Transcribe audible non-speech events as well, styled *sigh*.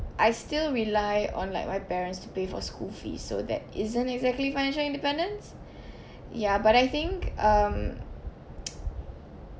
I still rely on like my parents to pay for school fees so that isn't exactly financial independence ya but I think um *noise*